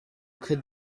could